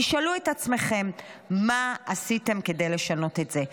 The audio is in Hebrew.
תשאלו את עצמכם מה עשיתם כדי לשנות את זה.